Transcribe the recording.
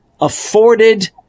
afforded